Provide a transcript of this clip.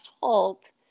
fault